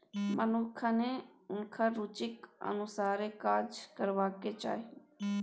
मनुखकेँ हुनकर रुचिक अनुसारे काज करबाक चाही